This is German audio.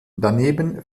daneben